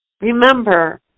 Remember